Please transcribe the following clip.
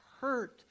hurt